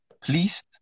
Please